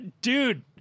dude